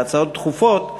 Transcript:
בהצעות דחופות כן,